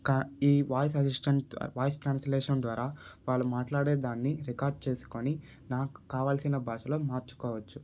కా ఈ voice assistant voice translation ద్వారా వాళ్ళు మాట్లాడే దాన్ని రికార్డ్ చేసుకొని నాకు కావాల్సిన భాషలోకి మార్చుకోవచ్చు